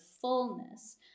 fullness